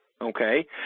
Okay